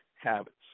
habits